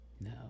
no